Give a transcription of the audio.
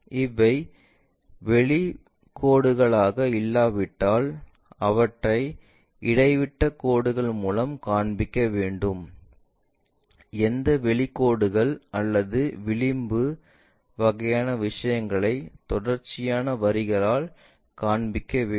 இவை வெளிக்கோடுகளாக இல்லாவிட்டால் அவற்றை இடைவிட்டக் கோடுகள் மூலம் காண்பிக்க வேண்டும் எந்த வெளிக்கோடுகள் அல்லது விளிம்பு வகையான விஷயங்களை தொடர்ச்சியான வரிகளால் காண்பிக்க வேண்டும்